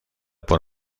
por